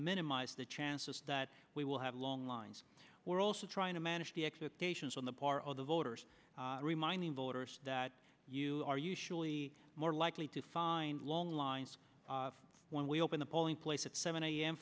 minimize the chances that we will have long lines we're also trying to manage the expectations on the part of the voters reminding voters that you are you surely more likely to find long lines when we open the polling place at seven a